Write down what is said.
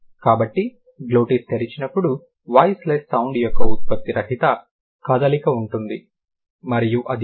కాబట్టి గ్లోటిస్ తెరిచినప్పుడు voiceless sound యొక్క ఉత్పత్తి రహిత కదలిక ఉంటుంది మరియు అది హా